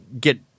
get